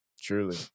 Truly